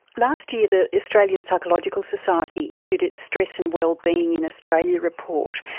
last year the australian psychological society issued its stress and well-being in australia report,